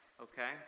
okay